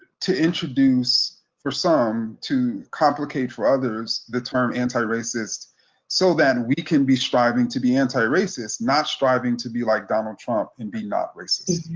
to introduce for some, to complicate for others, the term anti-racist so then we can be striving to be anti-racist, not striving to be like donald trump and be not racist.